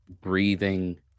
breathing